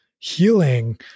Healing